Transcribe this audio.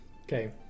Okay